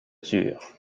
turent